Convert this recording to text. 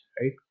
right